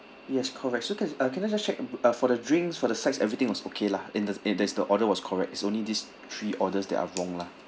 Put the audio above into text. yes correct so can uh can I just check uh for the drinks for the sides everything was okay lah and the and that's the order was correct is only these three orders that are wrong lah